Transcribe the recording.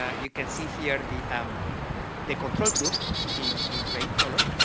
ah you can see here the um the control group in in gray color,